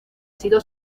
sido